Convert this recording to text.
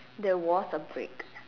there was a break